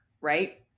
Right